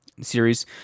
series